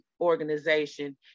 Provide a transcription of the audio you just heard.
Organization